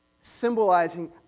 symbolizing